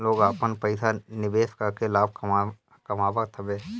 लोग आपन पईसा निवेश करके लाभ कामत हवे